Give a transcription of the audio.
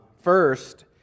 First